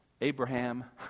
Abraham